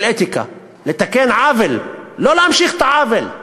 של אתיקה: לתקן עוול, לא להמשיך את העוול.